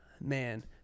Man